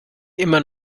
immer